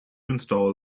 install